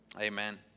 Amen